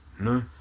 No